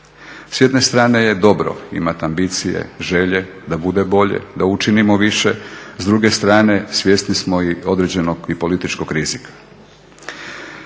S jedne strane je dobro imati ambicije, želje da bude bolje, da učinimo više, s druge strane svjesni smo i određenog i političkog rizika.